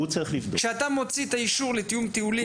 כשאתה מוציא את האישור לתיאום טיולים,